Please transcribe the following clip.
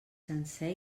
sencer